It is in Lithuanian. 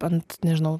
ant nežinau